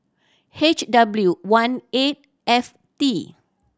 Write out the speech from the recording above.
H W one eight F T